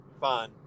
fine